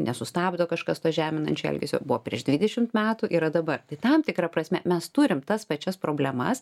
nesustabdo kažkas to žeminančio elgesio buvo prieš dvidešimt metų yra dabar tai tam tikra prasme mes turim tas pačias problemas